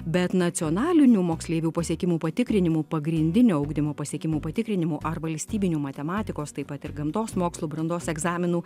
bet nacionalinių moksleivių pasiekimų patikrinimų pagrindinio ugdymo pasiekimų patikrinimų ar valstybinių matematikos taip pat ir gamtos mokslų brandos egzaminų